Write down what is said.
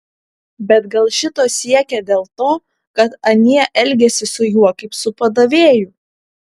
bet gal šito siekė dėl to kad anie elgėsi su juo kaip su padavėju